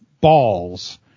balls